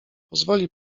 pozwoli